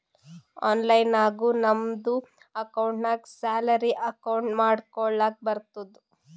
online ನಾಗು ನಮ್ದು ಅಕೌಂಟ್ಗ ಸ್ಯಾಲರಿ ಅಕೌಂಟ್ ಮಾಡ್ಕೊಳಕ್ ಬರ್ತುದ್